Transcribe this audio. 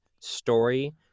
story